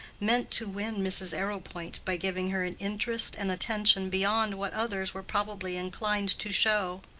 meant to win mrs. arrowpoint by giving her an interest and attention beyond what others were probably inclined to show.